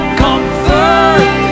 comfort